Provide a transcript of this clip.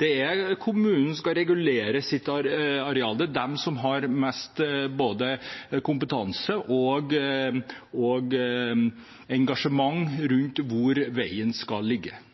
Det er kommunene som skal regulere sitt areal, det er de som har mest både kompetanse og engasjement rundt hvor veien skal ligge.